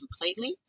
completely